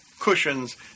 cushions